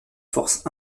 forces